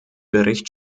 bericht